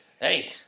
Hey